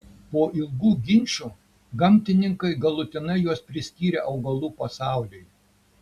po ilgų ginčų gamtininkai galutinai juos priskyrė augalų pasauliui